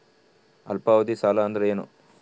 ಅಲ್ಪಾವಧಿ ಸಾಲ ಅಂದ್ರ ಏನು?